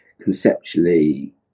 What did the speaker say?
conceptually